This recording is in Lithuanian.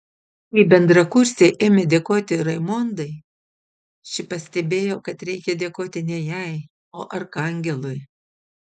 kai bendrakursė ėmė dėkoti raimondai ši pastebėjo kad reikia dėkoti ne jai o arkangelui